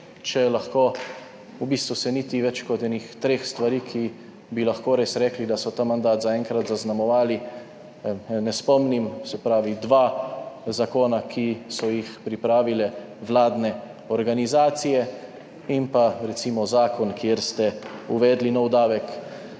če lahko v bistvu se niti več kot enih treh stvari, ki bi lahko res rekli da so ta mandat zaenkrat zaznamovali ne spomnim se pravi dva zakona, ki so jih pripravile vladne organizacije in pa recimo zakon, kjer ste uvedli nov davek